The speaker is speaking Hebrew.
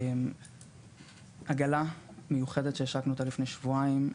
עגלה מיוחדת שהשקנו אותה לפני שבועיים,